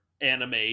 anime